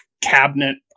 cabinet